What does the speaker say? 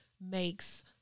makes